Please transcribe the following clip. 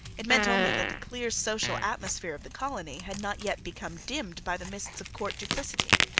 it meant only that the clear social atmosphere of the colony had not yet become dimmed by the mists of court duplicity.